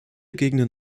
gegenden